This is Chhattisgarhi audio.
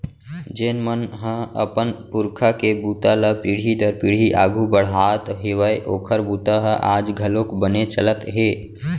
जेन मन ह अपन पूरखा के बूता ल पीढ़ी दर पीढ़ी आघू बड़हात हेवय ओखर बूता ह आज घलोक बने चलत हे